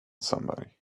somebody